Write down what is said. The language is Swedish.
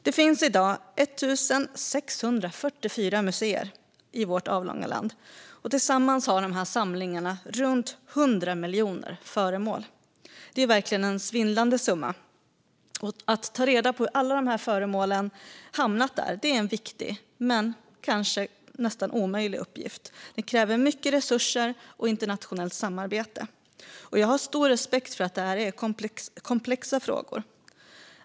Det finns i dag 1 644 museer i vårt avlånga land, och tillsammans har dessa samlingar runt 100 miljoner föremål. Det är verkligen en svindlande summa. Att ta reda på hur alla dessa föremål har hamnat där är en viktig men kanske nästan omöjlig uppgift. Den kräver mycket resurser och internationellt samarbete. Jag har stor respekt för att detta är komplexa frågor.